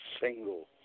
single